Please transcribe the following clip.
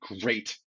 great